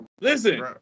Listen